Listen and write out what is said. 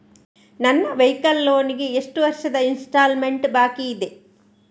ನನ್ನ vehicle loan ಗೆ ಎಷ್ಟು ವರ್ಷದ ಇನ್ಸ್ಟಾಲ್ಮೆಂಟ್ ಬಾಕಿ ಇದೆ?